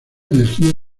energía